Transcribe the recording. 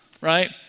right